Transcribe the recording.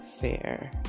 fair